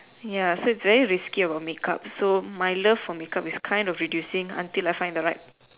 ya so is very risky about make up so my love for make up is kind of reducing until I find my right